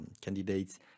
candidates